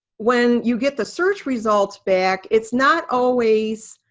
when you get the search results back, it's not always